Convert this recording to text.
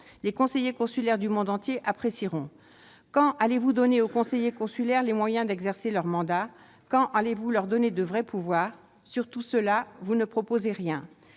Les conseillers consulaires du monde entier apprécieront ... Quand allez-vous donner aux conseillers consulaires les moyens d'exercer leur mandat ? Quand allez-vous leur donner de vrais pouvoirs, monsieur le ministre